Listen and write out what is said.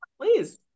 please